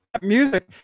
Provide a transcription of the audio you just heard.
music